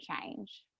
change